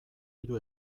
hiru